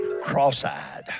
Cross-eyed